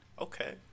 Okay